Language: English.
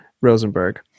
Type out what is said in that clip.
Rosenberg